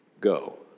go